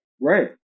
Right